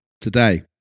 today